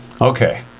Okay